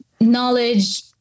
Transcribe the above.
knowledge